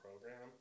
program